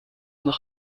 noch